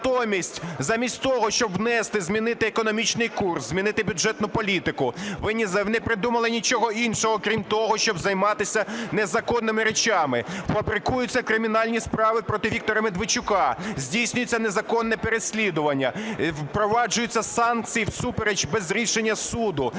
Натомість замість того, щоб внести, змінити економічний курс, зміни бюджетну політику, ви не придумали нічого іншого крім того, щоб займатися незаконними речами. Фабрикуються кримінальні справи проти Віктора Медведчука, здійснюється незаконне переслідування, впроваджуються санкції всупереч, без рішення суду,